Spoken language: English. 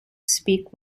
speak